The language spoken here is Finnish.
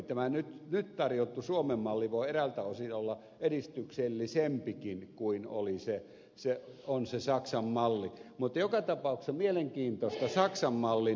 tämä nyt tarjottu suomen malli voi eräiltä osin olla edistyksellisempikin kuin on se saksan malli mutta joka tapauksessa mielenkiintoista saksan mallin